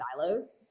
silos